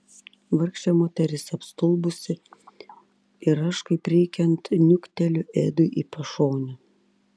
vargšė moteris apstulbusi ir aš kaip reikiant niukteliu edui į pašonę